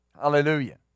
Hallelujah